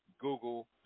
Google